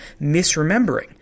misremembering